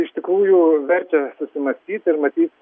iš tikrųjų verčia susimąstyt ir matyt